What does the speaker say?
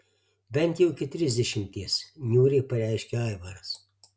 bent jau iki trisdešimties niūriai pareiškė aivaras